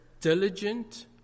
diligent